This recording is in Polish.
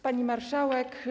Pani Marszałek!